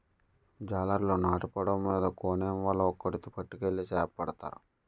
జాలరులు నాటు పడవ మీద కోనేమ్ వల ఒక్కేటి పట్టుకెళ్లి సేపపడతారు